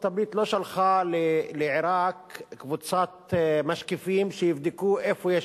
ארצות-הברית לא שלחה לעירק קבוצת משקיפים שיבדקו איפה יש,